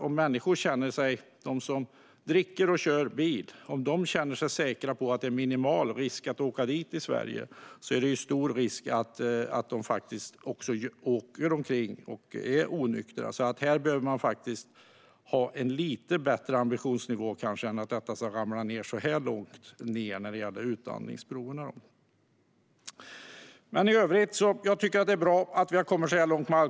Om människor som dricker och kör bil känner sig säkra på att det är minimal risk att åka dit i Sverige är det självklart stor risk att de också åker omkring onyktra. Man behöver kanske ha en lite bättre ambitionsnivå när det gäller utandningsproven. Detta har ramlat ned långt. Men vad gäller alkobommarna tycker jag att det är bra att vi har kommit så här långt.